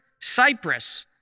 Cyprus